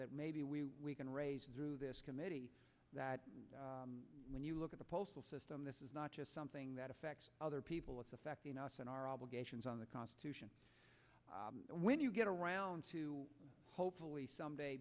that maybe we can raise through this committee that when you look at the postal system this is not just something that affects other people it's affecting us and our obligations on the constitution and when you get around to hopefully someday